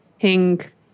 pink